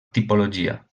tipologia